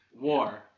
War